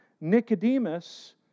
Nicodemus